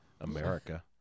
America